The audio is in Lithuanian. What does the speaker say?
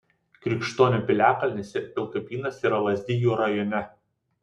krikštonių piliakalnis ir pilkapynas yra lazdijų rajone